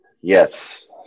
Yes